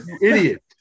idiot